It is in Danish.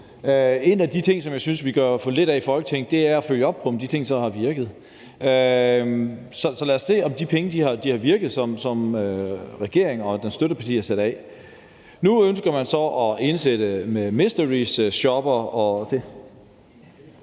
En af de ting, som jeg synes vi gør for lidt af i Folketinget, er at følge op på, om de ting så har virket. Så lad os se, om det, som regeringen og dens støttepartier har sat penge af til, har virket. Nu ønsker man så at indsætte mysteryshoppere.